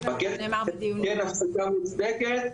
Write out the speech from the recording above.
כן הפסקה מוצדקת,